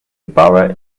borough